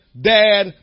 dad